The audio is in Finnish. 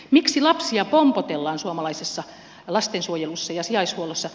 miksi lapsia pompotellaan suomalaisessa lastensuojelussa ja sijaishuollossa